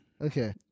Okay